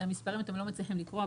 את המספרים אתם לא מצליחים לקרוא,